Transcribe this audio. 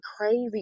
crazy